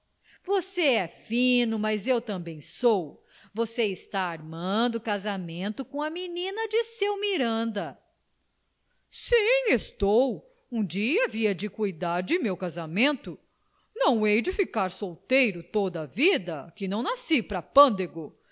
você é fino mas eu também sou você está armando casamento com a menina de seu miranda sim estou um dia havia de cuidar de meu casamento não hei de ficar solteiro toda a vida que não nasci para podengo mas